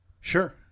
Sure